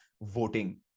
voting